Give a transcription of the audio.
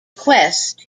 quest